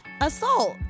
Assault